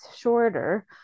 shorter